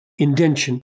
indention